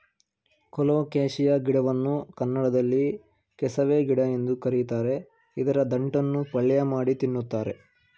colocasia ಗಿಡವನ್ನು ಕನ್ನಡದಲ್ಲಿ ಕೆಸವೆ ಗಿಡ ಎಂದು ಕರಿತಾರೆ ಇದರ ದಂಟನ್ನು ಪಲ್ಯಮಾಡಿ ತಿನ್ನುತ್ತಾರೆ